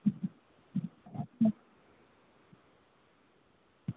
আচ্ছা